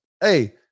hey